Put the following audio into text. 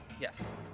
Yes